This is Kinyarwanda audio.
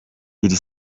iri